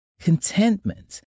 contentment